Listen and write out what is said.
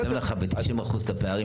צמצמנו ביותר מ-90% את הפערים.